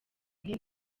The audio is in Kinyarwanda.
nti